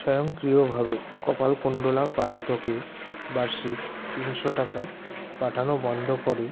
স্বয়ংক্রিয়ভাবে কপালকুণ্ডলা পালিতকে বার্ষিক তিনশো টাকা পাঠানো বন্ধ করে